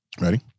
ready